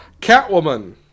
Catwoman